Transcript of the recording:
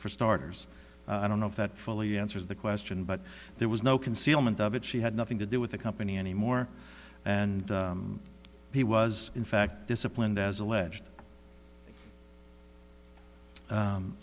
for starters i don't know if that fully answers the question but there was no concealment of it she had nothing to do with the company anymore and he was in fact disciplined as alleged